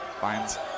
finds